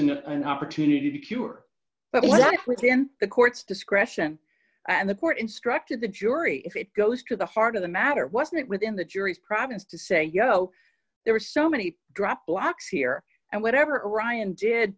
and an opportunity to cure the black within the court's discretion and the court instructed the jury if it goes to the heart of the matter wasn't within the jury's province to say you know there are so many drop blacks here and whatever ryan did